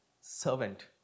servant